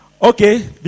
Okay